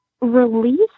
Release